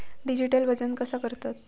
Digital वजन कसा करतत?